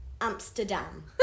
Amsterdam